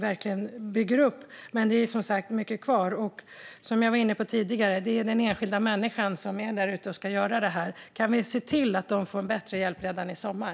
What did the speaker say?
Men det är som sagt mycket kvar, och som jag var inne på tidigare är det den enskilda människan som är där ute och ska göra detta. Kan vi se till den människan får bättre hjälp redan i sommar?